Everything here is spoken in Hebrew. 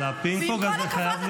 אבל הפינג-פונג הזה חייב להסתיים.